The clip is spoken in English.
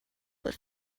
but